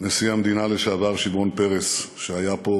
נשיא המדינה לשעבר שמעון פרס, שהיה פה